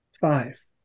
Five